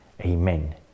amen